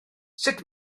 sut